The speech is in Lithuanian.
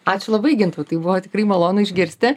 ačiū labai gintautai buvo tikrai malonu išgirsti